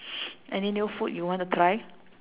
any new food you want to try